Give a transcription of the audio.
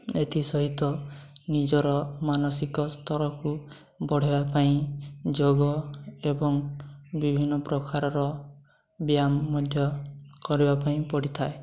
ଏଥି ସହିତ ନିଜର ମାନସିକ ସ୍ତରକୁ ବଢ଼ାଇବା ପାଇଁ ଯୋଗ ଏବଂ ବିଭିନ୍ନ ପ୍ରକାରର ବ୍ୟାୟାମ ମଧ୍ୟ କରିବା ପାଇଁ ପଡ଼ିଥାଏ